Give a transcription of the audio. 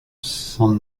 san